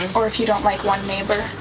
or if you don't like one neighbor.